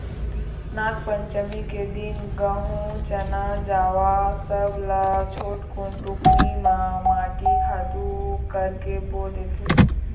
नागपंचमी के दिन गहूँ, चना, जवां सब ल छोटकुन टुकनी म माटी खातू करके बो देथे